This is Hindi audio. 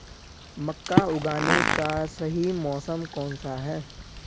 मक्का उगाने का सही मौसम कौनसा है?